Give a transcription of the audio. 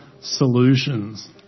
solutions